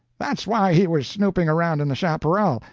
that's why he was snooping around in the chaparral,